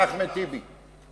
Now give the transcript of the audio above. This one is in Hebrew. או לאחמד טיבי.